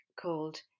called